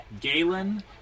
Galen